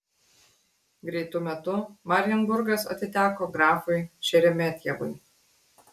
greitu metu marienburgas atiteko grafui šeremetjevui